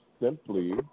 simply